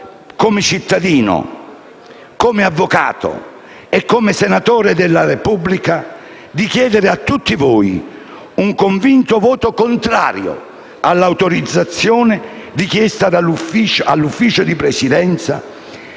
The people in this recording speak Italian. come cittadino, come avvocato e come senatore della Repubblica di chiedere a tutti voi un convinto voto contrario all'autorizzazione richiesta all'Ufficio di Presidenza